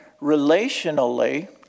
relationally